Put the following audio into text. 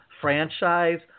franchise